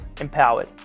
empowered